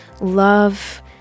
love